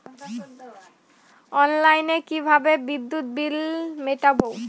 অনলাইনে কিভাবে বিদ্যুৎ বিল মেটাবো?